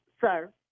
sir